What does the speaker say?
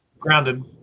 Grounded